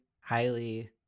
highly